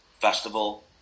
festival